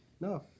No